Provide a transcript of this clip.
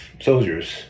soldiers